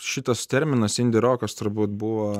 šitas terminas indi rokas turbūt buvo